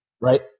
right